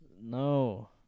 No